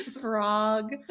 frog